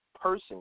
person